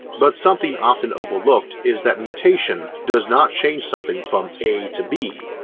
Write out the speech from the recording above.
but something often overlooked is that mutation does not change something from a to b,